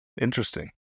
Interesting